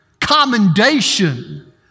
commendation